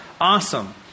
Awesome